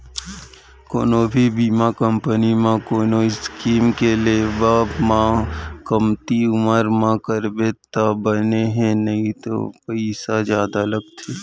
कोनो भी बीमा कंपनी म कोनो स्कीम के लेवब म कमती उमर म करबे तब बने हे नइते पइसा जादा लगथे